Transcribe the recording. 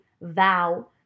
vow